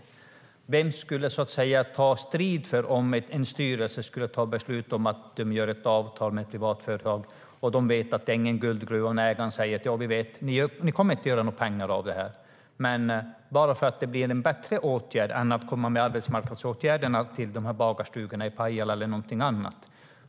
Men vem skulle ta strid om en styrelse tar beslutet att göra ett avtal med ett privat företag trots att man vet att det inte är någon guldgruva och att man inte kommer att göra några pengar på det? Det kanske är en bättre åtgärd än arbetsmarknadsåtgärder som bagarstugor i Pajala eller något annat.